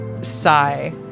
sigh